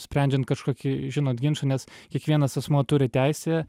sprendžiant kažkokį žinot ginčą nes kiekvienas asmuo turi teisę